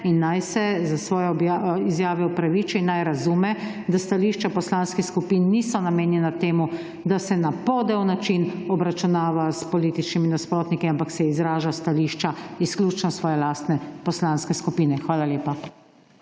naj se za svojo izjave opraviči, naj razume, da stališča poslanskih skupin niso namenjena temu, da se na podel način obračunava s političnimi nasprotniki, ampak se izražajo stališča izključno svoje lastne poslanske skupine. Hvala lepa.